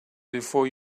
before